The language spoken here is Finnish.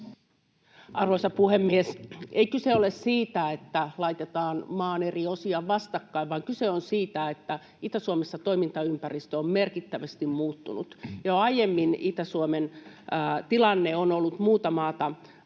Arvoisa puhemies! Ei kyse ole siitä, että laitetaan maan eri osia vastakkain, vaan kyse on siitä, että Itä-Suomessa toimintaympäristö on merkittävästi muuttunut. Jo aiemmin Itä-Suomen tilanne on ollut muuta maata takana,